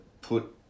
put